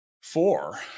four